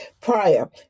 prior